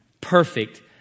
Perfect